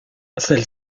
celle